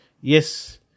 Yes